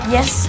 Yes